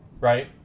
right